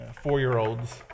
four-year-olds